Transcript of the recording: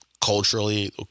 culturally